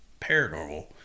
paranormal